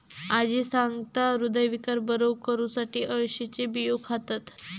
आजी सांगता, हृदयविकार बरो करुसाठी अळशीचे बियो खातत